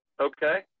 Okay